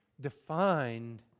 defined